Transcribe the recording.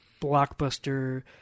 blockbuster